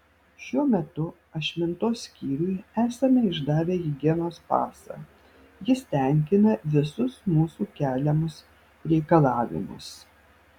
šiuo metu ašmintos skyriui esame išdavę higienos pasą jis tenkina visus mūsų keliamus reikalavimus